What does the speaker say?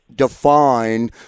Define